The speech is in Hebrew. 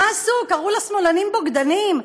מה עשו, קראו לשמאלנים "בוגדנים"?